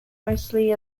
mostly